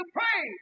pray